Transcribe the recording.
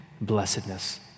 blessedness